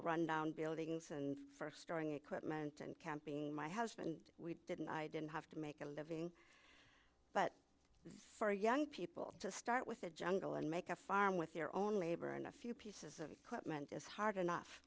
of rundown buildings and first storing equipment and camping my husband we didn't i didn't have to make a living but zar young people to start with a jungle and make a farm with your own labor and a few pieces of equipment is hard enough